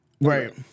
Right